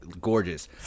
gorgeous